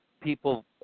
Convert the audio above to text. people